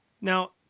Now